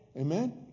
Amen